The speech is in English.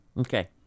Okay